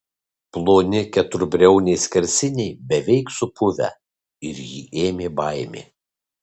ploni keturbriauniai skersiniai beveik supuvę ir jį ėmė baimė